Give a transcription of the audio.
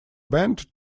band